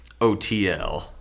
OTL